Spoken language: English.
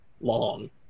long